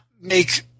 make